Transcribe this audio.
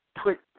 put